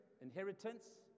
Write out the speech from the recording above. inheritance